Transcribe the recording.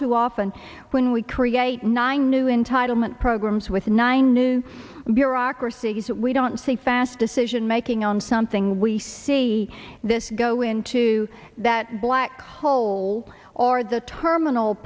too often when we create nine new entitlement programs with nine new bureaucracies that we don't see fast decision making on something we see this go into that black hole or the terminal